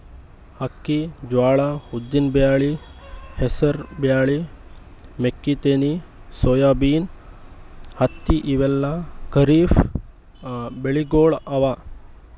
ಅಕ್ಕಿ, ಜ್ವಾಳಾ, ಉದ್ದಿನ್ ಬ್ಯಾಳಿ, ಹೆಸರ್ ಬ್ಯಾಳಿ, ಮೆಕ್ಕಿತೆನಿ, ಸೋಯಾಬೀನ್, ಹತ್ತಿ ಇವೆಲ್ಲ ಖರೀಫ್ ಬೆಳಿಗೊಳ್ ಅವಾ